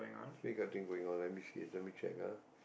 tree cutting going on let me see let me check ah